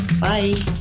Bye